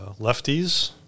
Lefties